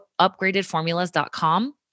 upgradedformulas.com